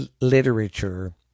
literature